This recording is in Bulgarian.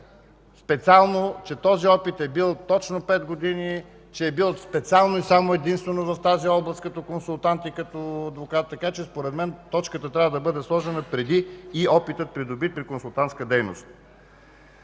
специално, че този опит е бил точно пет години, че е бил специално и единствено в тази област като консултант и адвокат. Според мен точката трябва да бъде сложена преди „и опитът, придобит при консултантска дейност”.